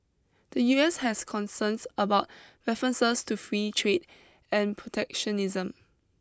the U S has concerns about references to free trade and protectionism